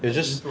you're just